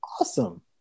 awesome